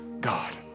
God